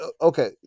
okay